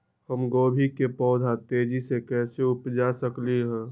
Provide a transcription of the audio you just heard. हम गोभी के पौधा तेजी से कैसे उपजा सकली ह?